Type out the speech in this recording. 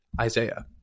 Isaiah